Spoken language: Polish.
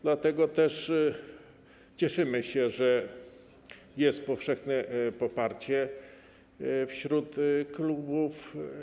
Dlatego też cieszymy się, że jest powszechne poparcie wśród klubów.